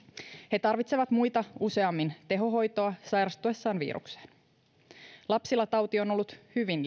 he tarvitsevat muita useammin tehohoitoa sairastuessaan virukseen lapsilla tauti on ollut hyvin